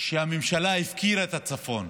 שהממשלה הפקירה את הצפון,